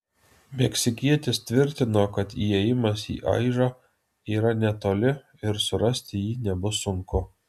meksikietis tvirtino kad įėjimas į aižą yra netoli ir surasti jį nebus sunku